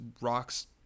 rocks